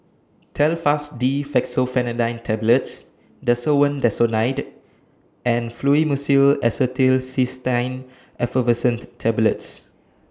Telfast D Fexofenadine Tablets Desowen Desonide and Fluimucil Acetylcysteine Effervescent Tablets